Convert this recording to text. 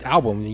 Album